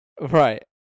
Right